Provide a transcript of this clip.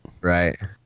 Right